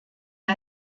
der